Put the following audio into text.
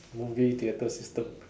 movie theatre system